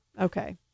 Okay